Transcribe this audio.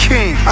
King